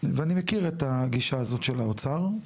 ואני מכיר את הגישה הזאת של האוצר,